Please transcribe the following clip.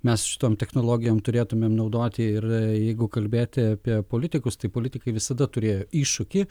mes su šitom technologijom turėtumėm naudoti ir jeigu kalbėti apie politikus tai politikai visada turėjo iššūkį